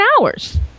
hours